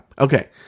Okay